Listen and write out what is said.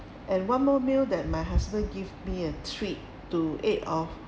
and one more meal that my husband give me a treat to ate off